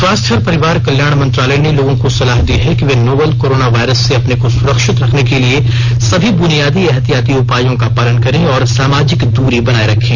स्वास्थ्य और परिवार कल्याण मंत्रालय ने लोगों को सलाह दी है कि वे नोवल कोरोना वायरस से अपने को सुरक्षित रखने के लिए सभी बुनियादी एहतियाती उपायों का पालन करें और सामाजिक दूरी बनाए रखें